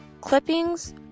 clippings